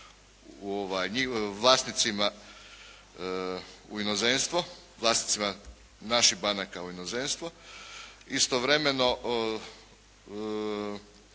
vlasnicima u inozemstvo, vlasnicima naših banaka u inozemstvo. Istovremeno,